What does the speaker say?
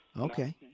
Okay